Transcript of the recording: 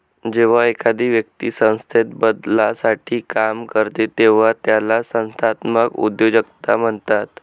जेव्हा एखादी व्यक्ती संस्थेत बदलासाठी काम करते तेव्हा त्याला संस्थात्मक उद्योजकता म्हणतात